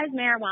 marijuana